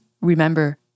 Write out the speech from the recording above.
remember